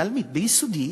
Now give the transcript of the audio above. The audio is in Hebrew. תלמיד ביסודי.